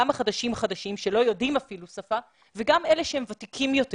גם החדשים חדשים שלא יודעים אפילו שפה וגם לאלה שהם ותיקים יותר